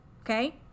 okay